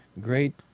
Great